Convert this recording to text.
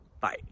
bye